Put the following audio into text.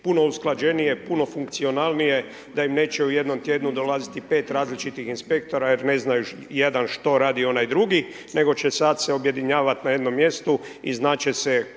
puno usklađenije puno funkcionalnije, da im neće u jednom tjednu dolaziti 5 različitih inspektora jer ne znaju jedan što radi onaj drugi, nego će sad se objedinjavat na jednom mjestu i znat će